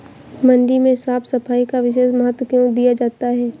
मंडी में साफ सफाई का विशेष महत्व क्यो दिया जाता है?